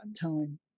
time